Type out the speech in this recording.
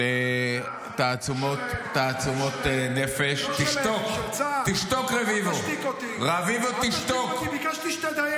תעצומות נפש --- אם רק תוכל בבקשה לדייק יותר.